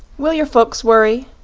will your folks worry?